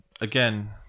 again